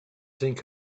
think